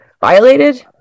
violated